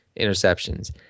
interceptions